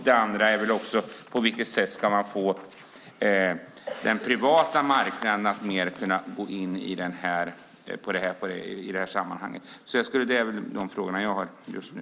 Det andra är: På vilket sätt ska man få den privata marknaden att kunna gå in i sammanhanget? De är de frågor jag har just nu.